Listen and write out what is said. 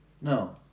No